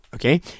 Okay